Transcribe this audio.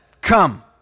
come